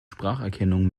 spracherkennung